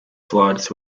flights